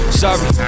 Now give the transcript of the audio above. sorry